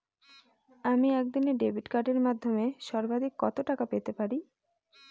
আমি একদিনে ডেবিট কার্ডের মাধ্যমে সর্বাধিক কত টাকা পেতে পারি?